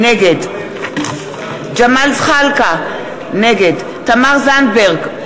נגד ג'מאל זחאלקה, נגד תמר זנדברג,